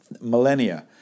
millennia